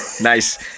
Nice